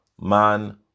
Man